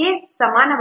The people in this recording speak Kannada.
ಗೆ ಸಮಾನವಾಗಿರುತ್ತದೆ